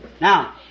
Now